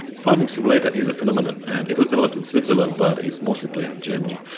farming simulator is a phenomenon. and it was developed in switzerland, but is mostly played in germany.